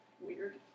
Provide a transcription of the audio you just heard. weird